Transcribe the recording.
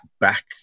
back